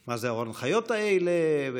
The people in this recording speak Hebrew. מה זה ההנחיות האלה?